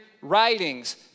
writings